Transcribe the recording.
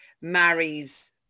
marries